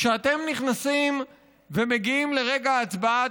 כשאתם נכנסים ומגיעים לרגע ההצבעה,